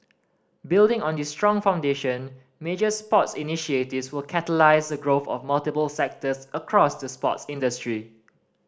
building on this strong foundation major sports initiatives will catalyse the growth of multiple sectors across the sports industry